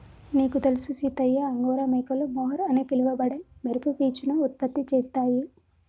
నీకు తెలుసు సీతయ్య అంగోరా మేకలు మొహర్ అని పిలవబడే మెరుపు పీచును ఉత్పత్తి చేస్తాయి